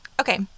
Okay